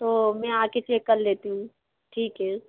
तो मैं आ कर चेक कर लेती हूँ ठीक है